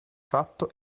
fatto